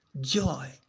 joy